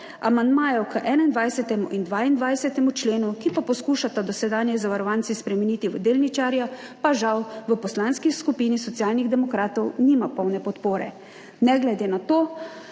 Amandmajev k 21. in 22. členu, ki pa poskušata dosedanje zavarovance spremeniti v delničarja pa žal v Poslanski skupini Socialnih demokratov nima polne podpore. Ne glede na to